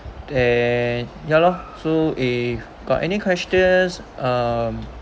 eh ya lor so if got any questions um